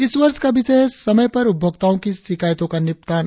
इस वर्ष का विषय है समय पर उपभोक्ताओं की शिकायतों का समाधान